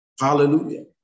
Hallelujah